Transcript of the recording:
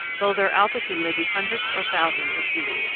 though their altitude may be hundreds or thousands of feet.